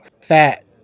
fat